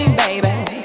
baby